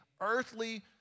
earthly